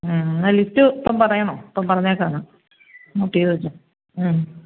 എന്നാ ലിസ്റ്റ് ഇപ്പോൾ പറയണോ ഇപ്പം പറഞ്ഞേക്കാം എന്നാൽ നോട്ട് ചെയ്തു വച്ചോ